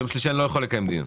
בשלישי אני לא יכול לקיים דיון.